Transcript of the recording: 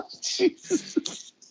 Jesus